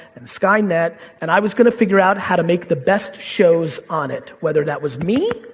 and skynet, and i was gonna figure out how to make the best shows on it. whether that was me.